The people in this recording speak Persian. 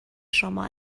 شما